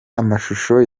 amashusho